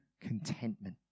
contentment